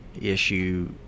issue